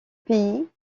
pays